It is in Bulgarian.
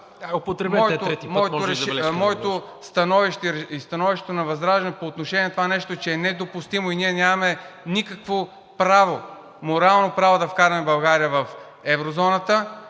и становището на ВЪЗРАЖДАНЕ по отношение на това е, че е недопустимо и ние нямаме никакво морално право да вкараме България в еврозоната.